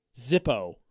Zippo